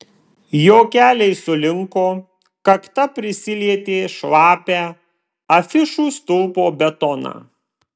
jo keliai sulinko kakta prisilietė šlapią afišų stulpo betoną